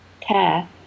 care